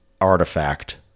artifact